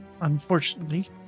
unfortunately